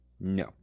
No